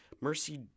Mercy